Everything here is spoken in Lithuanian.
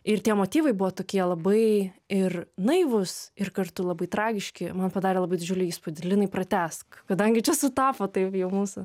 ir tie motyvai buvo tokie labai ir naivūs ir kartu labai tragiški man padarė labai didžiulį įspūdį linai pratęsk kadangi čia sutapo taip jau mūsų